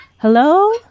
Hello